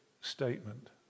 statement